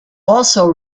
also